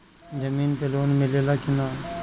जमीन पे लोन मिले ला की ना?